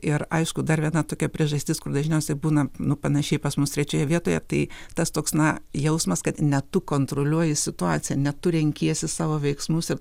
ir aišku dar viena tokia priežastis kur dažniausiai būna nu panašiai pas mus trečioje vietoje tai tas toks na jausmas kad ne tu kontroliuoji situaciją ne tu renkiesi savo veiksmus ir